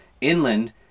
inland